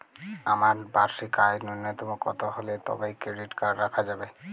আমার বার্ষিক আয় ন্যুনতম কত হলে তবেই ক্রেডিট কার্ড রাখা যাবে?